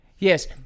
Yes